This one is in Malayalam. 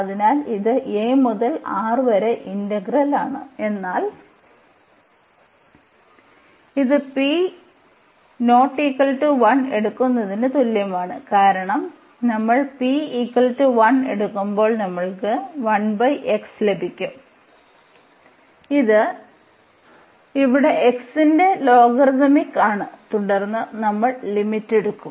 അതിനാൽ ഇത് a മുതൽ R വരെ ഇന്റഗ്രൽ ആണ് എന്നാൽ ഇത് p ≠ 1 എടുക്കുന്നതിന് തുല്യമാണ് കാരണം നമ്മൾ p 1 എടുക്കുമ്പോൾ നമുക്ക് ലഭിക്കും ഇത് ഇവിടെ x ന്റെ ലോഗരിതമിക് ആണ് തുടർന്ന് നമ്മൾ ലിമിറ്റ് എടുക്കും